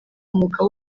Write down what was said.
umwuga